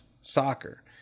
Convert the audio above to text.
Soccer